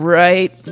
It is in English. right